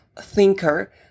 thinker